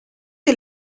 est